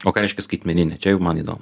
o ką reiškia skaitmeninė čia jau man įdomu